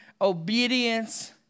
obedience